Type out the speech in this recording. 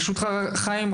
ברשותך חיים,